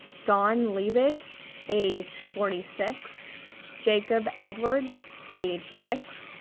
dawn liebig age forty six jacob edwards age six,